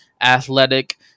athletic